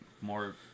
more